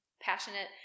passionate